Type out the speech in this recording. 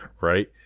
Right